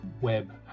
web